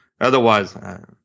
Otherwise